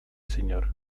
señor